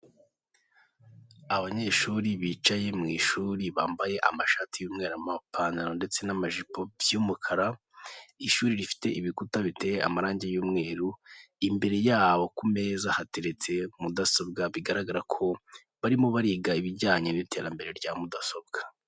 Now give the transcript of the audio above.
Abanyeshuri bicaye mu ishuri bambaye amashati y'umweru, amapantaro ndetse n'amajipo by'umukara, ishuri rifite ibikuta biteye amarangi y'umweru. Imbere yaho ku meza hateretse mudasobwa bigaragara ko barimo bariga ibijyanye n'iterambere rya mudasobwa.